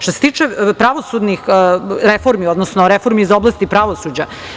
Što se tiče pravosudnih reformi, odnosno reformi iz oblasti pravosuđa.